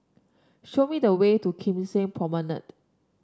show me the way to Kim Seng Promenade